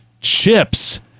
Chips